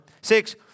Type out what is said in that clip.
Six